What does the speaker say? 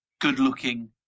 good-looking